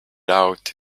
out